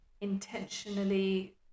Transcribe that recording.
intentionally